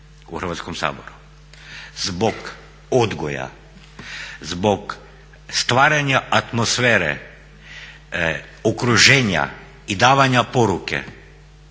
u Hrvatskom saboru. Zbog odgoja, zbog stvaranja atmosfere, okruženja i davanja poruke,